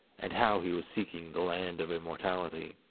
and how he was seeking the land of immortality.